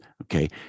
Okay